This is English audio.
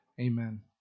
Amen